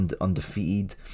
undefeated